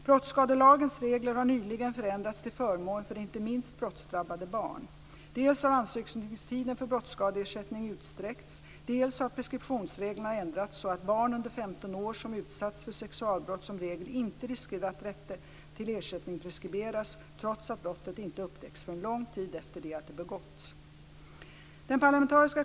Brottsskadelagens regler har nyligen förändrats till förmån för inte minst brottsdrabbade barn: dels har ansökningstiden för brottsskadeersättning utsträckts, dels har preskriptionsreglerna ändrats så att barn under 15 år som utsatts för sexualbrott som regel inte riskerar att rätten till ersättning preskriberas, trots att brottet inte upptäcks förrän lång tid efter det att det begicks.